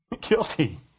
Guilty